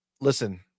listen